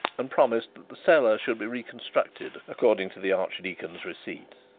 and promised that the cellar should be reconstructed according to the archdeacon's receipt.